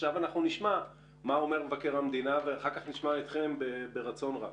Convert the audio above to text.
עכשיו נשמע מה אומר מבקר המדינה ואחר כך נשמע אתכם ברצון רב.